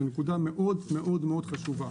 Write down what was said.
זו נקודה מאוד מאוד חשובה.